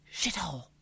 Shithole